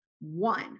one